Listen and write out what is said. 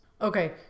Okay